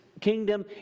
kingdom